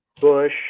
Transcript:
Bush